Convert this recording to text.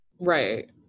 Right